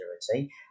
security